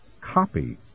copy